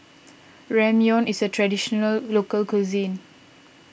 Ramyeon is a Traditional Local Cuisine